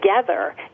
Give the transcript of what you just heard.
together